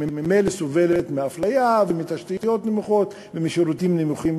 שממילא סובלת מאפליה ומתשתיות נמוכות ומשירותים נמוכים,